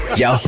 yo